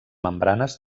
membranes